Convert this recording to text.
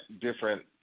different